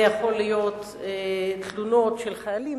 זה יכול להיות תלונות של חיילים,